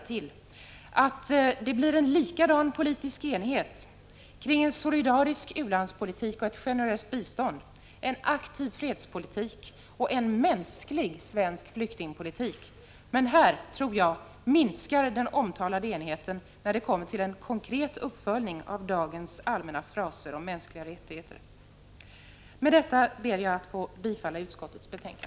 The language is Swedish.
— till att det blir en likadan politisk enighet kring en solidarisk u-landspolitik Mänskliga rättigheter , och ett generöst bistånd, en aktiv fredspolitik och en mänsklig svensk rätten till självbeflyktingpolitik. Men här, tror jag, minskar den omtalade enigheten när det — Sfämmandem.m. kommer till en konkret uppföljning av dagens allmänna fraser om mänskliga rättigheter. Herr talman! Med detta ber jag att få yrka bifall till utskottets hemställan.